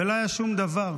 ולא היה שום דבר.